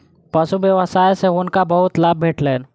पशु व्यवसाय सॅ हुनका बहुत लाभ भेटलैन